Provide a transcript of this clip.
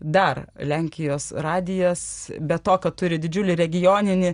dar lenkijos radijas be to kad turi didžiulį regioninį